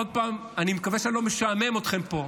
אני מקווה שאני לא משעמם אתכם פה.